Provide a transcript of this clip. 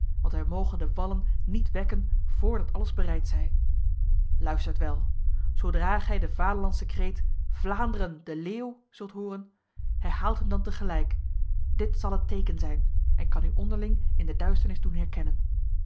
want wij mogen de wallen niet wekken voor dat alles bereid zij luistert wel zodra gij de vaderlandse kreet vlaanderen de leeuw zult horen herhaalt hem dan tegelijk dit zal het teken zijn en kan u onderling in de duisternis doen herkennen